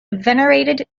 venerated